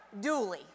dually